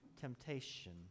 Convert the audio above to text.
temptation